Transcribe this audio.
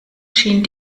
schien